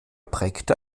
prägte